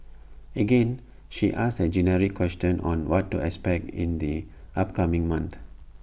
again she asks A generic question on what to expect in the upcoming month